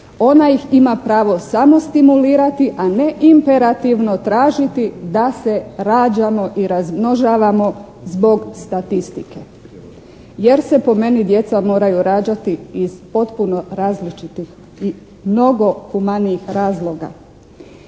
Ona ih ima pravo samo stimulirati, a ne imperativno tražiti da se rađamo i razmnožavamo zbog statistike jer se po meni djeca moraju rađati iz potpuno različitih i mnogo humanijih razloga.